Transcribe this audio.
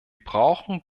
brauchen